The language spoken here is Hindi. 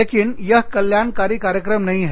लेकिन यह कल्याणकारी कार्यक्रम नहीं है